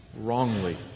wrongly